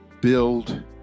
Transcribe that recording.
build